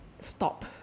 stop